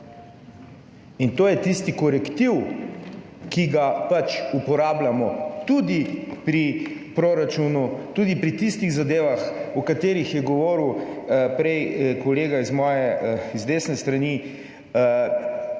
To je tisti korektiv, ki ga uporabljamo tudi pri proračunu, tudi pri tistih zadevah, o katerih je govoril prej kolega z desne strani,